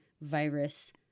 virus